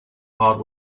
hard